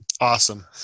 Awesome